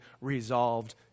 resolved